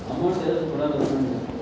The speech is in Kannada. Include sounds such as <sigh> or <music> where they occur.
<unintelligible>